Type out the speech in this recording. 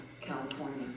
California